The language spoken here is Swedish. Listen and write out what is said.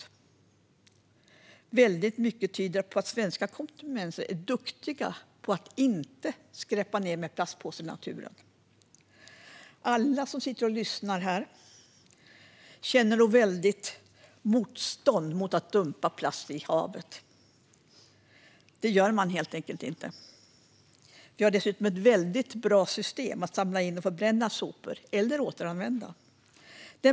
Men väldigt mycket tyder på att svenska konsumenter är duktiga på att inte skräpa ned med plastpåsar i naturen. Alla som sitter och lyssnar här känner nog ett väldigt motstånd mot att dumpa plast i havet. Det gör man helt enkelt inte. Vi har dessutom ett väldigt bra system för att samla in och förbränna sopor - eller återanvända dem.